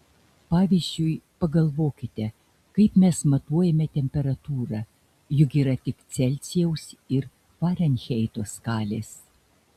pavyzdžiui pagalvokite kaip mes matuojame temperatūrą juk yra tik celsijaus ir farenheito skalės